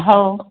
हो